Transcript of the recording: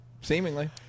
seemingly